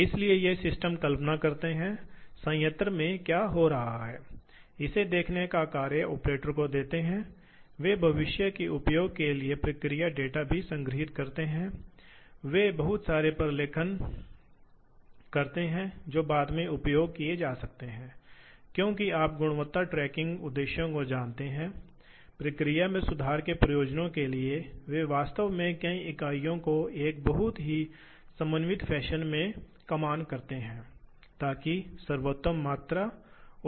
इसलिए यह जल्द ही महसूस करेगा कि ये सिस्टम बहुत उच्च गुणवत्ता वाले इंजीनियरिंग का नेतृत्व कर सकते हैं और अनुत्पादक समय को भी कम कर सकते हैं अब इस शब्द को संख्यात्मक नियंत्रण द्वारा परिभाषित किया गया है ईआईए द्वारा एक प्रणाली के रूप में जिसमें क्रियाओं को संख्यात्मक डेटा के प्रत्यक्ष सम्मिलन द्वारा नियंत्रित किया जाता है